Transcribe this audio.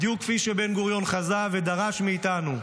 בדיוק כפי שבן-גוריון חזה ודרש מאיתנו.